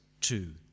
Two